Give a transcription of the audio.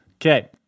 Okay